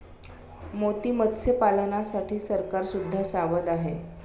मोती मत्स्यपालनासाठी सरकार सुद्धा सावध आहे